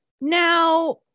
Now